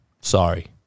Sorry